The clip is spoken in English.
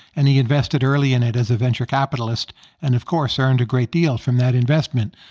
and he invested early in it as a venture capitalist and, of course, earned a great deal from that investment.